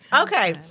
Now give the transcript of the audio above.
Okay